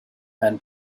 and